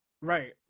Right